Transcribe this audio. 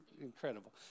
incredible